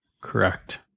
Correct